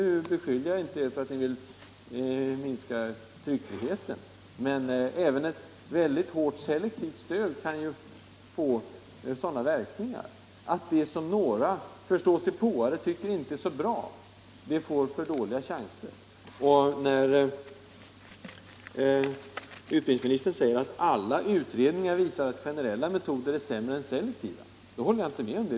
Jag beskyller er inte för att vilja minska tryckfriheten, men även ett hårt selektivt stöd kan få sådana verkningar. Det som några förståsigpåare inte tycker är bra får för dåliga chanser. När utbildningsministern säger att alla utredningar visar att generella metoder är sämre än selektiva, håller jag inte med.